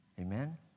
Amen